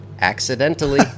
accidentally